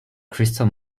crystal